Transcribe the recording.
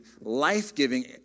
life-giving